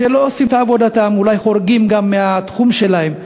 כאלה שלא עושים את עבודתם ואולי גם חורגים מהתחום שלהם.